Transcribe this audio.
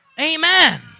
Amen